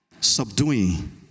subduing